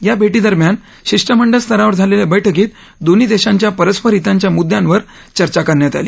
या भेरींदरम्यान शिष्टमंडळ स्तरावर झालेल्या बैठकीत दोन्ही देशांच्या परस्पर हिताच्या मुद्यांवर चर्चा करण्यात आली